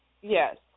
Yes